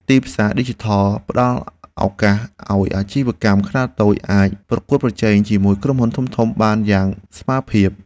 ទីផ្សារឌីជីថលផ្តល់ឱកាសឱ្យអាជីវកម្មខ្នាតតូចអាចប្រកួតប្រជែងជាមួយក្រុមហ៊ុនធំៗបានយ៉ាងស្មើភាព។